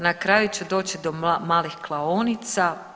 Na kraju će doći do malih klaonica.